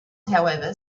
however